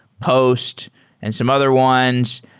post and some other ones.